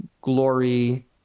glory